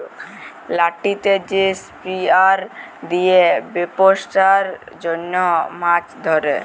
লাঠিতে যে স্পিয়ার দিয়ে বেপসার জনহ মাছ ধরে